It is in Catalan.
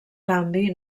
canvi